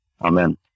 Amen